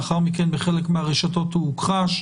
לאחר מכן בחלק מהרשתות הוא הוכחש.